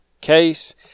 case